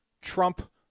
Trump